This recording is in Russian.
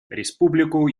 республику